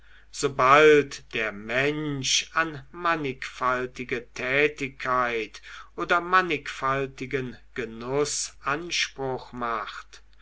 sobald der mensch an mannigfaltige tätigkeit oder mannigfaltigen genuß anspruch macht